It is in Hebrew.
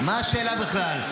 מה השאלה בכלל?